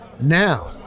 now